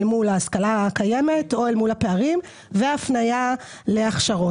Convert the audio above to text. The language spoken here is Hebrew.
מול ההשכלה הקיימת או אל מול הפערים והפניה להכשרות.